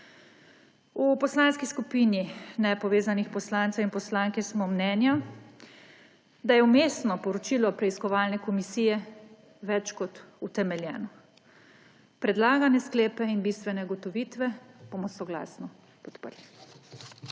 V Poslanski skupini nepovezanih poslancev in poslanke smo mnenja, da je vmesno poročilo preiskovalne komisije več kot utemeljeno. Predlagane sklepe in bistvene ugotovitve bomo soglasno podprli.